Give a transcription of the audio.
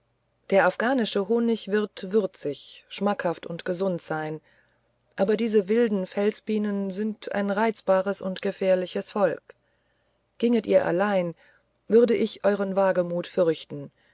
der afghanische honig wird würzig schmackhaft und gesund sein aber diese wilden felsbienen sind ein reizbares und gefährliches volk ginget ihr allein würde ich euren wagemut fürchten